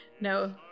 No